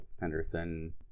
Henderson